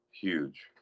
Huge